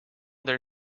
their